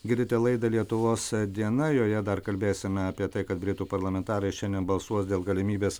girdite laidą lietuvos diena joje dar kalbėsime apie tai kad britų parlamentarai šiandien balsuos dėl galimybės